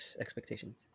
expectations